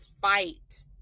fight